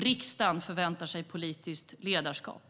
Riksdagen förväntar sig politiskt ledarskap.